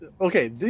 Okay